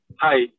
Hi